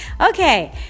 Okay